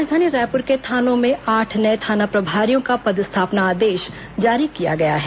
राजधानी रायपुर के थानों में आठ नये थाना प्रभारियों का पदस्थापना आदेश जारी किया गया है